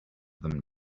them